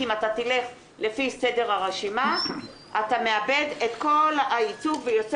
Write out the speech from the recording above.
כי אם אתה תלך לפי סדר הרשימה אתה מאבד את כל הייצוג ויוצא